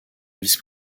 vice